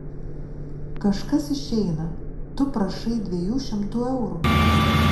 kažkas išeina tu prašai dviejų šimtų eurų